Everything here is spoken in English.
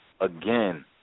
again